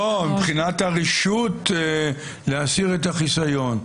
מבחינת הרשות להסיר את החיסיון.